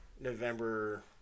November